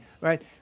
right